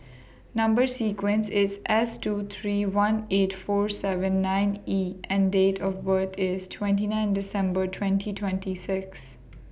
Number sequence IS S two three one eight four seven nine E and Date of birth IS twenty nine December twenty twenty six